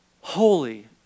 holy